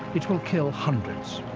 it will kill hundreds.